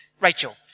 Rachel